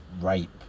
rape